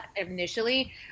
initially